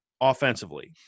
offensively